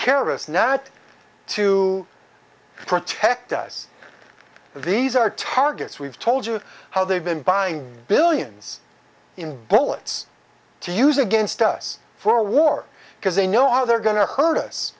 care of us now to protect us these are targets we've told you how they've been buying billions in bullets to use against us for war because they know how they're going to hurt us